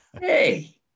Hey